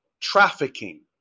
trafficking